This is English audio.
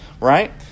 right